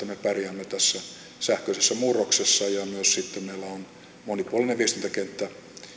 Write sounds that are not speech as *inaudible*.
*unintelligible* me pärjäämme tässä sähköisessä murroksessa ja sitten meillä on myös monipuolinen viestintäkenttä